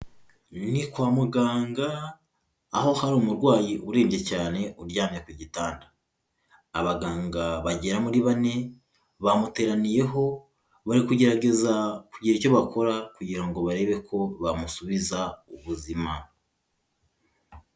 Ni kwa muganga, aho hari umurwayi urebye cyane uryamye ku gitanda, abaganga bagera muri bane, bamuteraniyeho, bari kugerageza kugira icyo bakora kugira ngo barebe ko bamusubiza ubuzima.